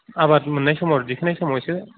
आबाद मोन्नाय समाव दिखांनाय समाव इसे